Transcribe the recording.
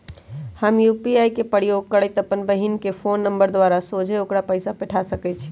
हम यू.पी.आई के प्रयोग करइते अप्पन बहिन के फ़ोन नंबर द्वारा सोझे ओकरा पइसा पेठा सकैछी